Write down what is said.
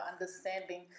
understanding